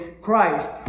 Christ